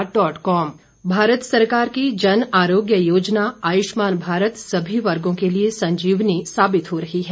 आयुष्मान सोलन भारत सरकार की जनआरोग्य योजना आयुष्मान भारत सभी वर्गों के लिए संजीवनी साबित हो रही है